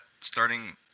Starting